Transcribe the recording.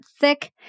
thick